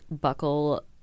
buckle